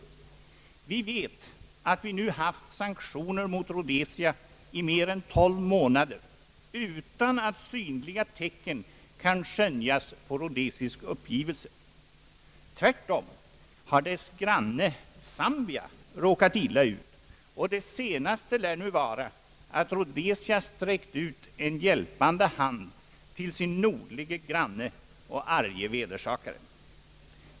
Vi vet att vi nu har haft sanktioner mot Rhodesia i mer än tolv månader utan att synliga tecken kan skönjas på rhodesisk uppgivelse. Tvärtom har dess granne Sambia råkat illa ut, och det senaste lär nu vara att Rhodesia sträckt ut en hjälpande hand till sin nordliga granne och arga vedersakare.